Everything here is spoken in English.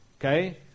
okay